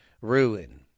ruin